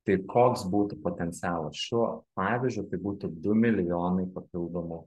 tai koks būtų potencialas šiuo pavyzdžiui tai būtų du milijonai papildomų